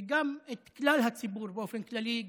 וגם את כלל הציבור באופן כללי,